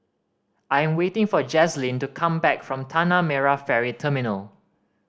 I am waiting for Jazlene to come back from Tanah Merah Ferry Terminal